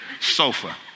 Sofa